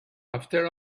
after